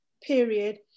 period